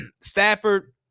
Stafford